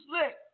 slick